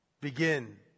begin